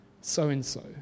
So-and-so